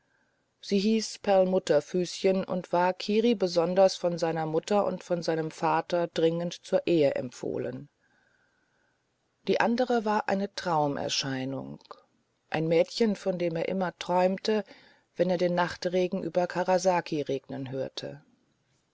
sie hieß perlmutterfüßchen und war kiri besonders von seiner mutter und von seinem vater dringend zur ehe empfohlen die andere war eine traumerscheinung ein mädchen von dem er immer träumte wenn er den nachtregen über karasaki regnen hörte